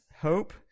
hope